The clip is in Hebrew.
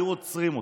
היו עוצרים אותו.